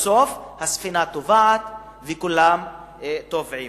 בסוף הספינה טובעת וכולם טובעים.